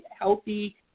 healthy